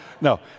no